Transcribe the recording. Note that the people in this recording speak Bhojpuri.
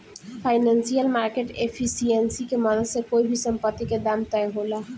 फाइनेंशियल मार्केट एफिशिएंसी के मदद से कोई भी संपत्ति के दाम तय होला